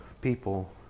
people